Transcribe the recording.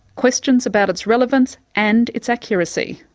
questions about its relevance and its accuracy.